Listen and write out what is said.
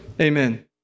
amen